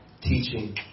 teaching